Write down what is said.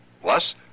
plus